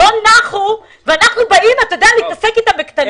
-- לא נחו, ואנחנו באים להתעסק אתם בקטנות.